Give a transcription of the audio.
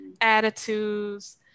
attitudes